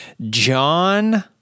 John